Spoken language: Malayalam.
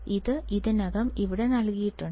ഇത് ഇതിനകം ഇവിടെ നൽകിയിട്ടുണ്ട്